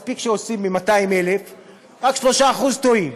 מספיק שעושים, מ-200,000 רק 3% טועים,